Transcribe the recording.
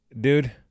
dude